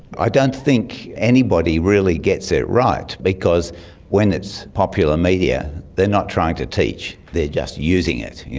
i don't think anybody really gets it right because when it's popular media they are not trying to teach, they are just using it. yeah